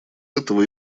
этого